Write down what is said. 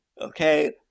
Okay